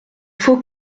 faut